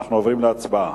אנחנו עוברים להצבעה